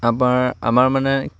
আমাৰ আমাৰ মানে